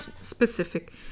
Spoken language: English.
specific